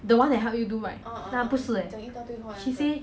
the one that help you do right 她不是 eh she say